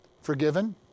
Forgiven